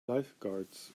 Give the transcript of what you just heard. lifeguards